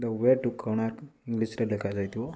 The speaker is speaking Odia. ଦ ୱେ ଟୁ କୋଣାର୍କ ଇଂଲିଶରେ ଲେଖାଯାଇଥିବ